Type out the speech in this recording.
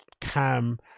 cam